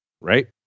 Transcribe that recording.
Right